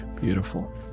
Beautiful